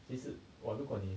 其实 !wah! 如果你